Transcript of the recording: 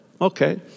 okay